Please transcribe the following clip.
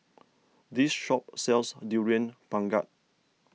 this shop sells Durian Pengat